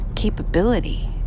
capability